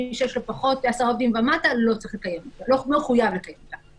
מי שיש לו עשרה עובדים ומטה לא מחויב לקיים אותן.